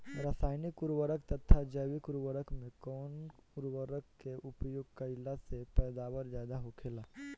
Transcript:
रसायनिक उर्वरक तथा जैविक उर्वरक में कउन उर्वरक के उपयोग कइला से पैदावार ज्यादा होखेला?